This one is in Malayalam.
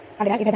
അതിനാൽ ഇത് 106